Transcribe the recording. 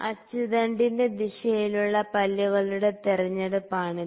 അച്ചുതണ്ടിന്റെ ദിശയിലുള്ള പല്ലുകളുടെ തിരഞ്ഞെടുപ്പാണിത്